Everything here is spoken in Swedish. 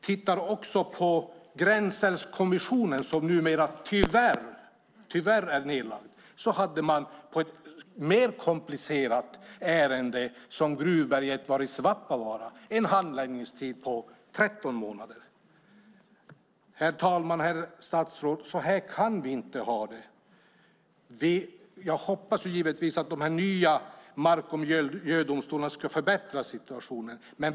Tyvärr är Gränsälvskommissionen numera nedlagd, men där hade man i ett mer komplicerat ärende än Gruvberget i Svappavaara en handläggningstid på 13 månader. Herr talman och herr statsråd! Så här kan vi inte ha det! Jag hoppas att de nya mark och miljödomstolarna ska förbättra situationen.